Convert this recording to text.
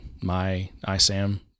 MyISAM